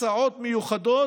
כל יום בהסעות מיוחדות